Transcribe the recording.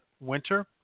winter